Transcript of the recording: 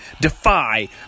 Defy